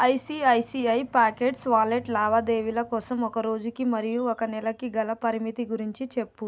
ICICI Pockets wallet లావాదేవీల కోసం ఒక రోజుకి మరియు ఒక నెలకి గల పరిమితి గురించి చెప్పు